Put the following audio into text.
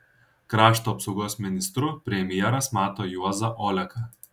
krašto apsaugos ministru premjeras mato juozą oleką